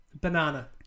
Banana